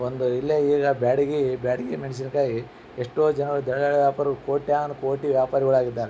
ಒಂದು ಇಲ್ಲೆ ಈಗ ಬ್ಯಾಡಗಿ ಬ್ಯಾಡಗಿ ಮೆಣಸಿನ್ಕಾಯಿ ಎಷ್ಟೋ ಜನಗಳು ದಲ್ಲಾಳಿ ವ್ಯಾಪಾರವು ಕೋಟ್ಯಾನು ಕೋಟಿ ವ್ಯಾಪಾರಿಗಳಾಗಿದ್ದಾರೆ